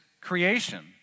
creation